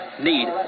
need